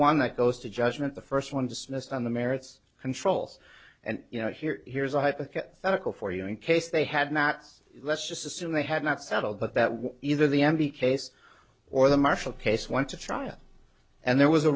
one that goes to judgment the first one dismissed on the merits controls and you know here here's a hypothetical for you in case they had mats let's just assume they had not settled but that was either the m b case or the marshall case went to trial and there was a